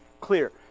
clear